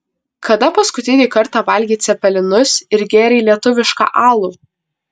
kada paskutinį kartą valgei cepelinus ir gėrei lietuvišką alų